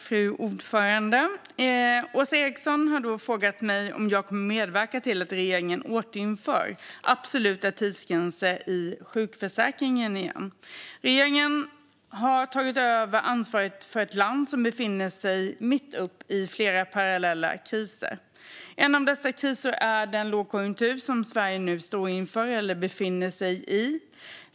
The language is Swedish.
Fru talman! Åsa Eriksson har frågat mig om jag kommer att medverka till att regeringen återinför absoluta tidsgränser i sjukförsäkringen. Regeringen har tagit över ansvaret för ett land som befinner sig mitt i flera parallella kriser. En av dessa kriser är den lågkonjunktur Sverige nu står inför eller befinner sig i.